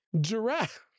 Giraffe